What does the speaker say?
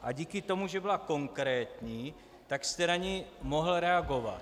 A díky tomu, že byla konkrétní, tak jste na ni mohl reagovat.